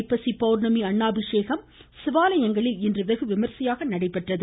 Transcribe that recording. ஐப்பசி பௌர்ணமி அன்னாபிஷேகம் சிவாலயங்களில் இன்று வெகு விமரிசையாக நடைபெற்றது